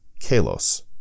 kalos